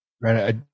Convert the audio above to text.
right